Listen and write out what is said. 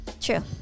True